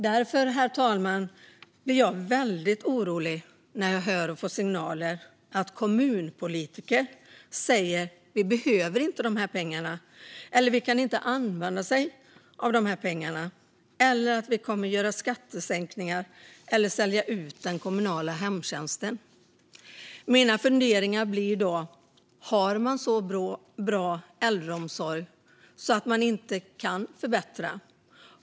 Därför, herr talman, blir jag väldigt orolig när jag får signaler om att kommunpolitiker säger att man inte behöver de här pengarna, att man inte kan använda sig av pengarna eller att man kommer att göra skattesänkningar eller sälja ut den kommunala hemtjänsten. Mina funderingar blir då: Har man så bra äldreomsorg att man inte kan förbättra den?